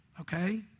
okay